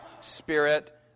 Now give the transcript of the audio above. Spirit